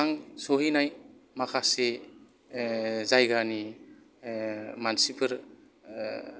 आं सहैनाय माखासे जायगानि मानसिफोर